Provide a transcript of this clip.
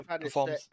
performs